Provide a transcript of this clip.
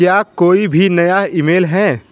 क्या कोई भी नया ईमेल है